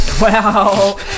Wow